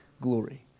glory